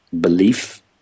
belief